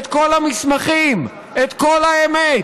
את כל המסמכים, את כל האמת,